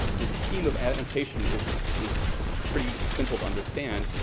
the scheme of annotation is is pretty simple to understand.